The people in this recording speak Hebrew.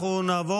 אנחנו נעבור